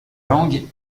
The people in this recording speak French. langues